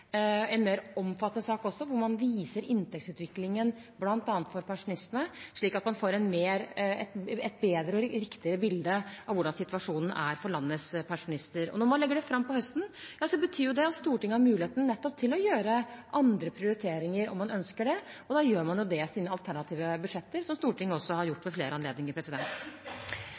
en mer omfattende sak også, hvor man viser inntektsutviklingen for bl.a. pensjonistene, slik at man får et bedre og riktigere bilde av hvordan situasjonen er for landets pensjonister. Når man legger det fram på høsten, betyr det at Stortinget har mulighet nettopp til å gjøre andre prioriteringer om man ønsker det. Og da gjør man det i sine alternative budsjetter, som Stortinget også har gjort ved flere anledninger.